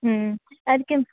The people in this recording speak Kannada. ಹ್ಞೂಅದಕ್ಕೆ